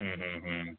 ഉം ഉം ഉം